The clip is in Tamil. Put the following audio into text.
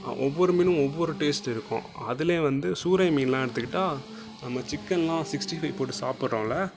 ஒவ்வொரு மீனும் ஒவ்வொரு டேஸ்ட் இருக்கும் அதில் வந்து சூரை மீன்லாம் எடுத்துக்கிட்டா நம்ம சிக்கன்லாம் சிக்ஸ்டிஃபைவ் போட்டு சாப்பிடுறோம்ல